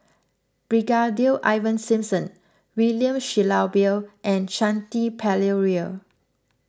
Brigadier Ivan Simson William Shellabear and Shanti Pereira